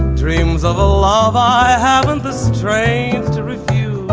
dreams of a love i have on this train to refuse.